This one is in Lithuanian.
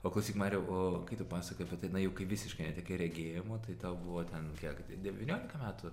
o klausyk mariau o kai tu pasakojai apie tai na jau kai visiškai netekai regėjimo tai tau buvo ten kiek devyniolika metų